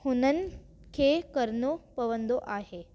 हुननि खे करणो पवंदो आहे